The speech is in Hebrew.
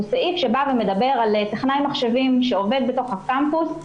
סעיף שמדבר על טכנאי מחשבים שעובד בקמפוס,